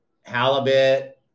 halibut